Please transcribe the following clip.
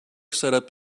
setup